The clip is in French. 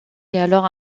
alors